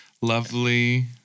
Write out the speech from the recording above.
lovely